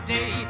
Day